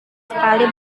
sekali